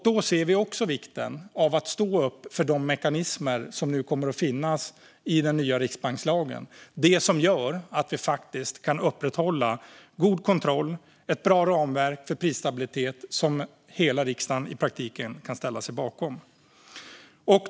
Då ser vi också vikten av att stå upp för de mekanismer som nu kommer att finnas i den nya riksbankslagen, som gör att vi faktiskt kan upprätthålla god kontroll och ett bra ramverk för prisstabilitet, och som hela riksdagen i praktiken kan ställa sig bakom.